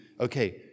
okay